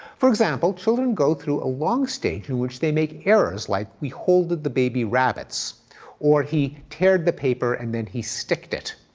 for example, children go through a long stage in which they make errors like, we holded the baby rabbits or he teared the paper and then he sticked it.